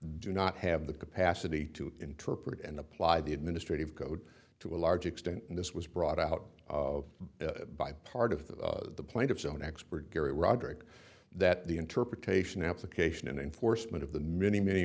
do not have the capacity to interpret and apply the administrative code to a large extent and this was brought out by part of the plaintiff's own expert gary roderick that the interpretation application and enforcement of the many many